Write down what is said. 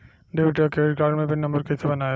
Debit या credit card मे PIN number कैसे बनाएम?